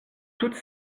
toutes